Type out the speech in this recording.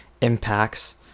impacts